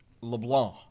LeBlanc